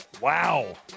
Wow